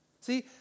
See